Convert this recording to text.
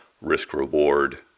risk-reward